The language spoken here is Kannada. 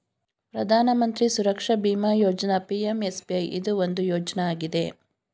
ಪ್ರಧಾನ ಮಂತ್ರಿ ಸುರಕ್ಷಾ ಬಿಮಾ ಯೋಜ್ನ ಪಿ.ಎಂ.ಎಸ್.ಬಿ.ವೈ ಇದು ಒಂದು ಯೋಜ್ನ ಆಗಿದೆ